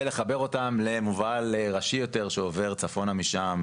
ולחבר אותם למובל ראשי יותר שעובר צפונה משם,